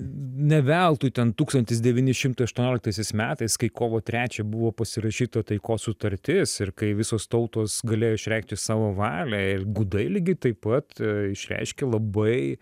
neveltui ten tūkstantis devyni šimtai aštuonioliktaisiais metais kai kovo trečią buvo pasirašyta taikos sutartis ir kai visos tautos galėjo išreikšti savo valią ir gudai lygiai taip pat išreiškė labai